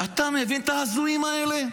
אתה מבין את ההזויים האלה?